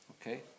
okay